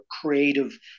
creative